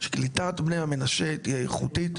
שקליטת בני המנשה תהיה איכותית,